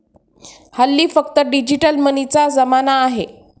हल्ली फक्त डिजिटल मनीचा जमाना आहे